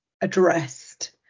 addressed